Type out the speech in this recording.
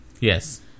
Yes